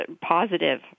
positive